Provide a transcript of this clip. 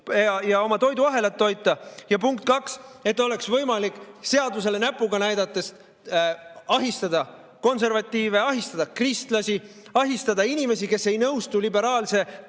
ja oma toiduahelat toita, ja punkt kaks, et oleks võimalik seadusele näpuga näidates ahistada konservatiive, ahistada kristlasi, ahistada inimesi, kes ei nõustu liberaalse